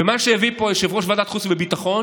ומה שהביא פה יושב-ראש ועדת החוץ והביטחון